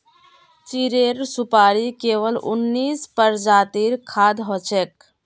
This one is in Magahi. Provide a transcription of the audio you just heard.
चीड़ेर सुपाड़ी केवल उन्नतीस प्रजातिर खाद्य हछेक